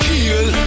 Heal